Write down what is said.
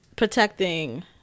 protecting